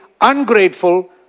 ungrateful